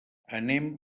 anem